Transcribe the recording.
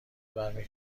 برمی